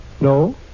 No